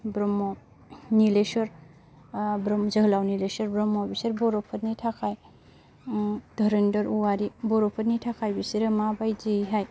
ब्रह्म निलेस्वर जोहोलाव निलेस्वर ब्रह्म बिसोर बर'फोरनि थाखाय धरनीधर औवारी बर'फोरनि थाखाय बिसोरो माबायदियैहाय